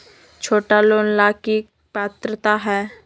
छोटा लोन ला की पात्रता है?